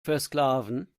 versklaven